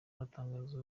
aratangaza